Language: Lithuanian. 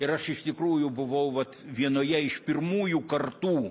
ir aš iš tikrųjų buvau vat vienoje iš pirmųjų kartų